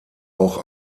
auch